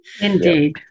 Indeed